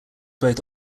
both